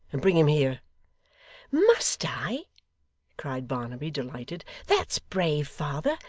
and bring him here must i cried barnaby, delighted that's brave, father.